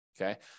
Okay